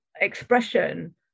Expression